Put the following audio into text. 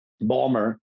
Balmer